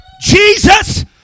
Jesus